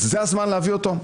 זה הזמן להביא אותו?